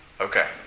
Okay